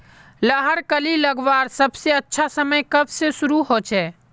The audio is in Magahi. लहर कली लगवार सबसे अच्छा समय कब से शुरू होचए?